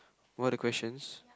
what other questions